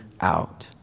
out